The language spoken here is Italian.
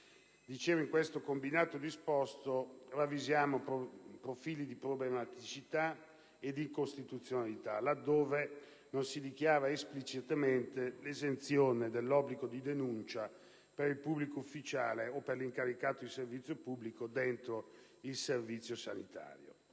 di segnalazione alle autorità, profili di problematicità e di incostituzionalità, laddove non si dichiara esplicitamente l'esenzione dell'obbligo di denuncia per il pubblico ufficiale o per l'incaricato di servizio pubblico dentro il servizio sanitario.